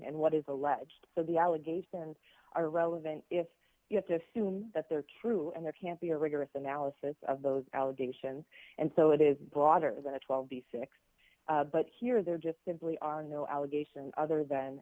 and what is alleged for the allegation are relevant if you have to assume that they're cruel and there can't be a rigorous analysis of those allegations and so it is broader that well the six but here they're just simply are no allegation other than